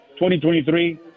2023